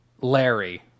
Larry